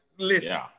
Listen